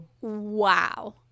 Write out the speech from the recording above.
wow